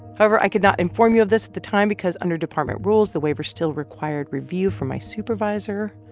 however, i could not inform you of this at the time because under department rules, the waiver still required review from my supervisor.